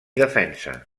defensa